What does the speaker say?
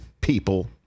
people